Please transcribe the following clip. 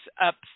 up